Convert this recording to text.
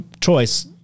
choice